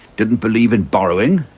didn't believe in borrowing,